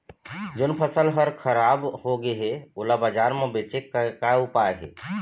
जोन फसल हर खराब हो गे हे, ओला बाजार म बेचे के का ऊपाय हे?